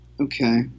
Okay